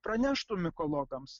praneštų mikologams